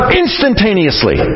instantaneously